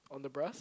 on the bus